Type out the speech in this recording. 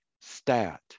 stat